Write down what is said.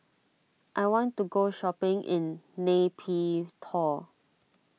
I want to go shopping in Nay Pyi Taw